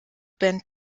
band